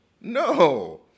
no